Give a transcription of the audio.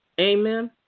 Amen